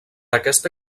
aquesta